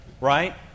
Right